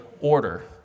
order